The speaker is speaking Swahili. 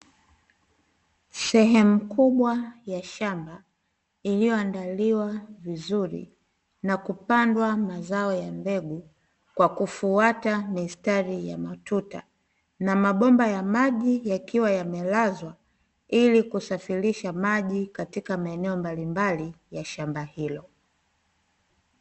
Sehemu kubwa ya shamba iliyoandaliwa vizuri na kupandwa mazao ya mbegu, kwa kufuata mistari ya matuta, na mabomba ya maji yakiwa yamelazwa ili kusafirisha maji katika maeneo mbalimbali ya shamba hilo.